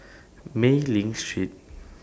Mei Ling Street